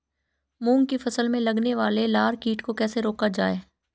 मूंग की फसल में लगने वाले लार कीट को कैसे रोका जाए?